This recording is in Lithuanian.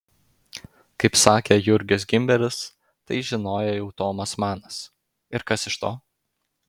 kaip sakė jurgis gimberis tai žinojo jau tomas manas ir kas iš to